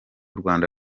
rwanda